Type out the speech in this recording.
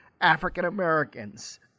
African-Americans